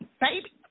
baby